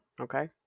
okay